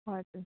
हजुर